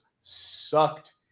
sucked